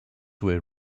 were